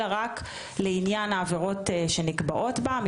אלא היא מאשרת רק את העבירות שנקבעות בתקנות,